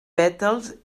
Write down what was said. pètals